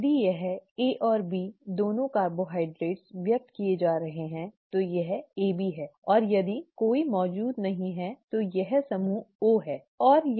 यदि यह A और B दोनों कार्बोहाइड्रेट व्यक्त किया जा रहा है तो यह AB है और यदि कोई मौजूद नहीं है तो यह समूह O है ठीक है